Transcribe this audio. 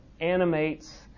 animates